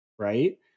right